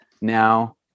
now